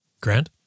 Grant